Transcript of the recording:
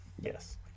Yes